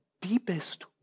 deepest